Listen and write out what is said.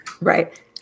Right